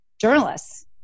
journalists